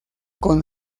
con